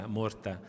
morta